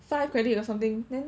five credit or something then